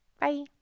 Bye